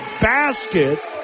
basket